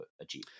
achieve